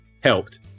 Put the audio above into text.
helped